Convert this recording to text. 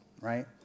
right